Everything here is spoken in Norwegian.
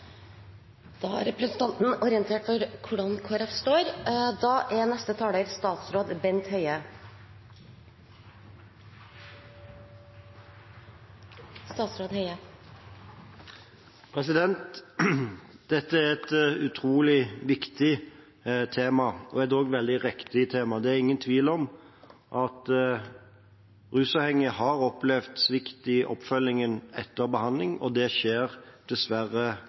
Dette er et utrolig viktig tema – og et veldig riktig tema. Det er ingen tvil om at rusavhengige har opplevd svikt i oppfølgingen etter behandling, og det skjer dessverre